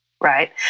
right